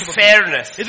fairness